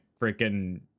freaking